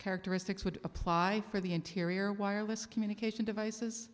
characteristics would apply for the interior wireless communication devices